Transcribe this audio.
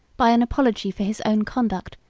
by an apology for his own conduct,